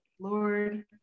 Lord